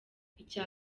icya